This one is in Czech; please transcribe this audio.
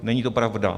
Není to pravda.